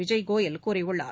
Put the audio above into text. விஜய் கோயல் கூறியுள்ளார்